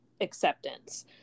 acceptance